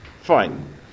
Fine